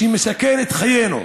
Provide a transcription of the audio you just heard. שמסכן את חיינו.